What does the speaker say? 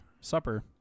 supper